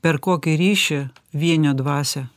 per kokį ryšį vienio dvasią